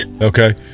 Okay